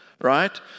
right